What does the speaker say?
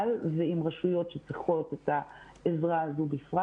ועם רשויות שצריכות את העזרה הזו בפרט